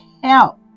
help